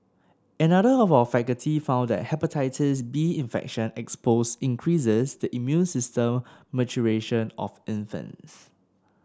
another of our faculty found that Hepatitis B infection exposure increases the immune system maturation of infants